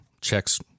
checks